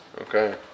Okay